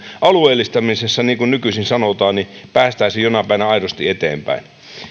alueellistamisessa niin kuin nykyisin sanotaan päästäisiin jonain päivänä aidosti eteenpäin